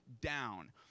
down